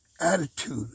attitude